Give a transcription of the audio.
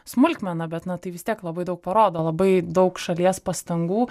smulkmena bet na tai vis tiek labai daug parodo labai daug šalies pastangų